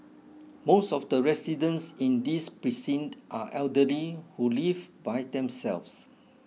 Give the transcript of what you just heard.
most of the residents in this precinct are elderly who live by themselves